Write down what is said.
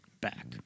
Back